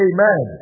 Amen